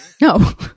No